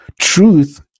truth